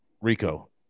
Rico